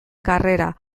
karrera